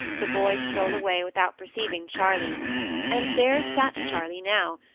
the boy stole away without perceiving charley and there sat charley now,